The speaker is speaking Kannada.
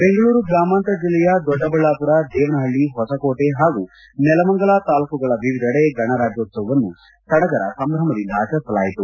ಬೆಂಗಳೂರು ಗ್ರಾಮಾಂತರ ಜಿಲ್ಲೆಯ ದೊಡ್ಡಬಳ್ಳಾಪುರ ದೇವನಹಳ್ಳಿ ಹೊಸಕೋಟೆ ಹಾಗೂ ನೆಲಮಂಗಲ ತಾಲೂಕುಗಳ ವಿವಿಧೆಡೆ ಗಣರಾಜ್ಯೋತ್ಸವವನ್ನು ಸಡಗರ ಸಂಭ್ರಮದಿಂದ ಆಚರಿಸಲಾಯಿತು